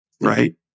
right